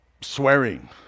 swearing